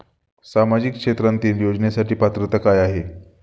सामाजिक क्षेत्रांतील योजनेसाठी पात्रता काय आहे?